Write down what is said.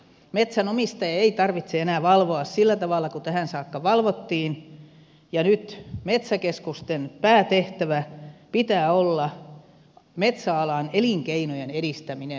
metsänomistajan ei tarvitse enää valvoa sillä tavalla kuin tähän saakka ja nyt metsäkeskusten päätehtävänä pitää olla metsäalan elinkeinojen edistäminen